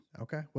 Okay